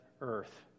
Earth